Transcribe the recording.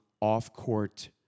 off-court